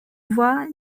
voit